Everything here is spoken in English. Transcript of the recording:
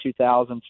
2000s